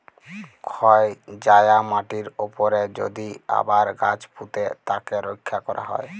ক্ষয় যায়া মাটির উপরে যদি আবার গাছ পুঁতে তাকে রক্ষা ক্যরা হ্যয়